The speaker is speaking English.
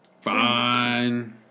Fine